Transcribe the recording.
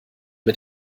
mit